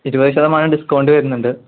ഇരുപത് ശതമാനം ഡിസ്കൗണ്ട് വരുന്നുണ്ട്